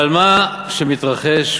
אבל מה שמתרחש פה,